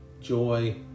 joy